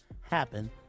happen